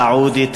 סעודית,